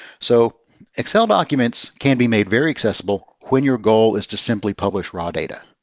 so excel documents can be made very accessible when your goal is to simply publish raw data.